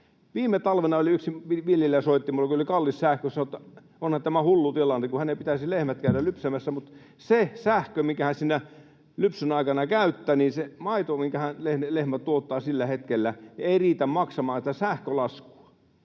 Viime talvena yksi viljelijä soitti minulle, kun oli kallis sähkösopimus, ja sanoi, että onhan tämä hullu tilanne, kun hänen pitäisi lehmät käydä lypsämässä, mutta kun kuluu sitä sähköä, minkä hän siinä lypsyn aikana käyttää, niin se maito, minkä lehmä tuottaa sillä hetkellä, ei riitä maksamaan sitä sähkölaskua.